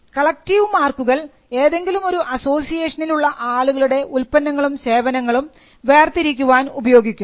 collective മാർക്കുകൾ ഏതെങ്കിലുമൊരു അസോസിയേഷനിൽ ഉള്ള ആളുകളുടെ ഉൽപ്പന്നങ്ങളും സേവനങ്ങളും വേർതിരിക്കുവാൻ ഉപയോഗിക്കുന്നു